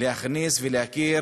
להכניס ולהכיר